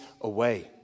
away